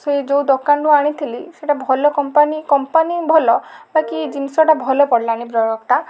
ସେ ଯେଉଁ ଦୋକାନରୁ ଆଣିଥିଲି ସେଇଟା ଭଲ କମ୍ପାନୀ କମ୍ପାନୀ ଭଲ ବାକି ଜିନିଷଟା ଭଲ ପଡ଼ିଲାନି ପ୍ରଡ଼କ୍ଟଟା